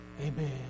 Amen